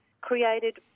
created